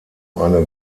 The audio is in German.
eine